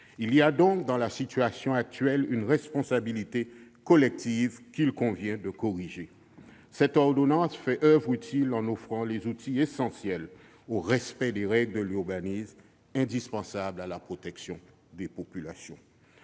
Il y a donc dans la situation actuelle une responsabilité collective qu'il convient de corriger. Cette ordonnance fait oeuvre utile en offrant les outils essentiels au respect des règles de l'urbanisme, indispensables à la protection de la population.